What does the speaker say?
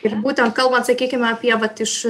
ir būtent kalbant sakykime apie vat iš